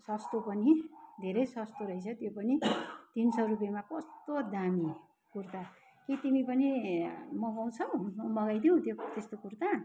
सस्तो पनि धेरै सस्तो रहेछ त्यो पनि तिन सय रुपेमा कस्तो दामी कुर्ता के तिमी पनि मगाउछौँ मगाइदिऊँ त्यो त्यस्तो कुर्ता